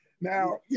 Now